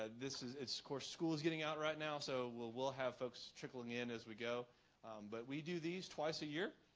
ah this is of course school is getting out right now so we'll we'll have folks trickling in as we go but we do these twice a year.